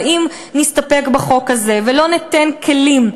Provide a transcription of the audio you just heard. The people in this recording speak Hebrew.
אבל אם נסתפק בחוק הזה ולא ניתן כלים,